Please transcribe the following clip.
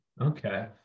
Okay